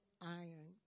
iron